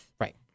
Right